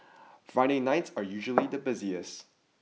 Friday nights are usually the busiest